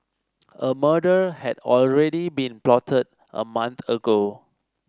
a murder had already been plotted a month ago